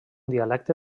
dialecte